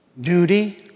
duty